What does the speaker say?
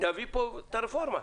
להביא פה את הרפורמה,